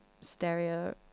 stereo